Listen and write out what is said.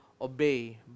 obey